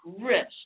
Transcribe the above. risk